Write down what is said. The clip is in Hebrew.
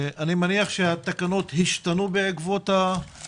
אני מניח שהתקנות השתנו בעקבות שיתוף הציבור?